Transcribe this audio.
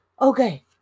okay